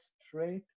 straight